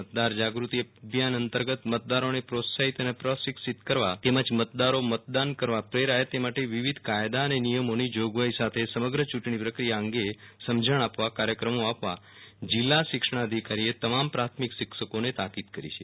મતદાર જાગૃતિ અભિયાન અંતર્ગત મતદારોને પ્રોત્સાહિત અને પ્રશિક્ષિત કરવા તેમજ મતદારો મતદાન કરવા પ્રેરાય તે માટે વિવિધ કાયદા અને નિયમોની જોગવાઇઓ સાથે સમગ્ર યૂં ટણી પ્રક્રિયા અંગે સમજણ આપવા કાર્યક્રમો આપવા જીલ્લા શિક્ષણાધિકારીએ તમામ પ્રાથમિક શિક્ષકોને તાકીદ કરી છે